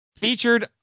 Featured